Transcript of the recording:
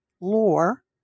lore